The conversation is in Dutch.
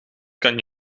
kan